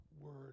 word